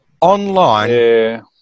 Online